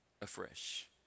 afresh